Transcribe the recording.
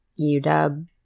UW